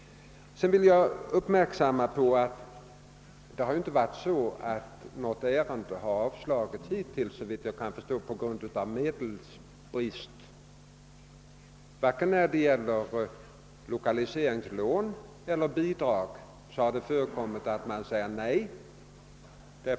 Vidare vill jag fästa uppmärksamheten på att inget ärende fallit på grund av brist på medel. Varken när det gäller lokaliseringslån eller bidrag har avslag förekommit av denna orsak.